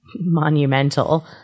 monumental